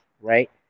right